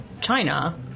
China